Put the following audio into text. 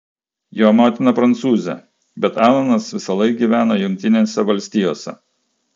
jo motina prancūzė bet alanas visąlaik gyveno jungtinėse valstijose